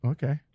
Okay